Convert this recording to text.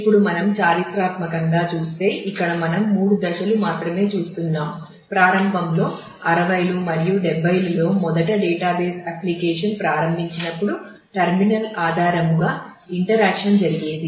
ఇప్పుడు మనం చారిత్రాత్మకంగా చూస్తే ఇక్కడ మనం మూడు దశలు మాత్రమే చూస్తున్నాం ప్రారంభంలో 60s మరియు 70s లో మొదటి డేటాబేస్ అప్లికేషన్స్ జరిగేది